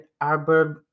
Arab